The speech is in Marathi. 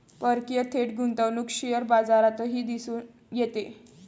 परकीय थेट गुंतवणूक शेअर बाजारातही दिसून येते